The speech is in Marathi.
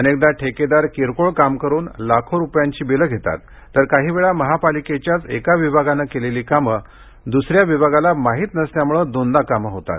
अनेकदा ठेकेदार किरकोळ काम करून लाखो रुपयांची बिलं घेतात तर काहीवेळा महापालिकेच्याच एका विभागानं केलेली कामं दुसऱ्या विभागाला माहीत नसल्यामुळे दोनदा कामं होतात